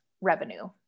revenue